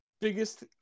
biggest